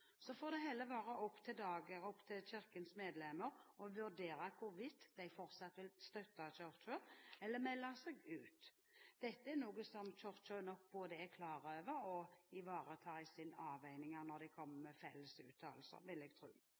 Så får det heller være opp til Kirkens medlemmer å vurdere hvorvidt de fortsatt vil støtte Kirken eller melde seg ut. Dette er noe som Kirken både er klar over og ivaretar i sine avveininger når de kommer med felles uttalelser, vil jeg tro.